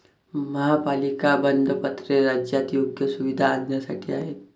महापालिका बंधपत्रे राज्यात योग्य सुविधा आणण्यासाठी आहेत